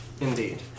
Indeed